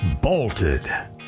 bolted